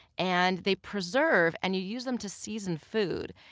and they preserve. and you use them to season food.